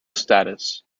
status